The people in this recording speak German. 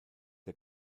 der